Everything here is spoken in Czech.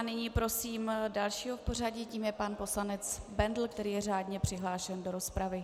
Nyní prosím dalšího v pořadí, tím je pan poslanec Bendl, který je řádně přihlášen do rozpravy.